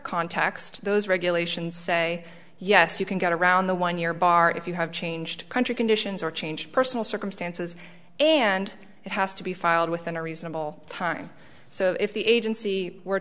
context those regulations say yes you can get around the one year bar if you have changed country conditions or change personal circumstances and it has to be filed within a reasonable time so if the agency were